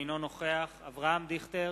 אינו נוכח אברהם דיכטר,